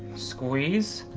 squeeze,